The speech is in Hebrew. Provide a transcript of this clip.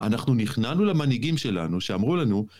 אנחנו נכנענו למנהיגים שלנו, שאמרו לנו